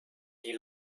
die